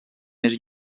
més